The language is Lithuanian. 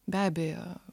be abejo